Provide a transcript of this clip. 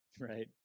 right